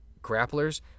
grapplers